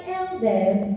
elders